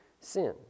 sin